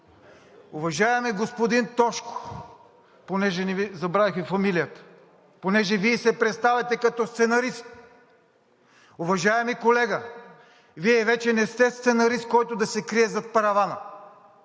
Уважаеми господин Тошко, забравих Ви фамилията, понеже Вие се представяте като сценарист! Уважаеми колега, Вие вече не сте сценарист, който да се крие зад паравана,